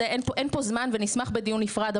אין פה זמן ואנחנו נשמח בדיון נפרד,